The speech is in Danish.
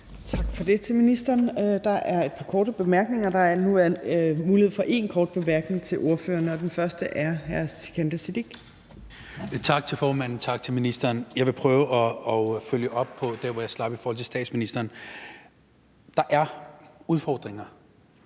Tak for det til ministeren. Der er et par korte bemærkninger. Der er nu mulighed for én kort bemærkning til ordføreren, og den første er fra hr. Sikandar Siddique. Kl. 16:21 Sikandar Siddique (FG): Tak til formanden, tak til ministeren. Jeg vil prøve at fortsætte, hvor jeg slap i forhold til statsministeren. Der er udfordringer,